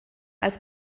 als